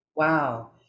Wow